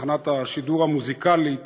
תחנת השידור המוזיקלית